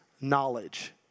knowledge